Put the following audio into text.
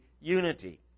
unity